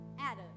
Adam